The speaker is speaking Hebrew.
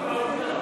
אינו נוכח.